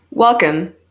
Welcome